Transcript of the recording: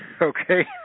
Okay